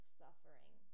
suffering